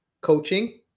coaching